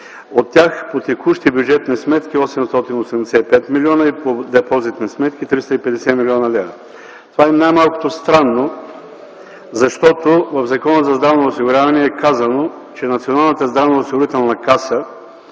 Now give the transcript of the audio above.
От тях по текущи бюджетни сметки – 885 милиона, и по депозитни сметки – 350 млн. лв. Това е най-малкото странно, защото в Закона за здравното осигуряване е казано, че Националната здравноосигурителна каса